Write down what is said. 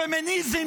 פמיניזם,